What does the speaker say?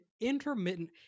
intermittent